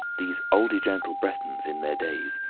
these olde gentle bretons, in their days,